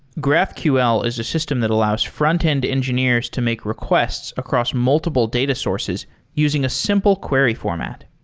graphql is a system that allows frontend engineers to make requests across multiple data sources using a simple query format.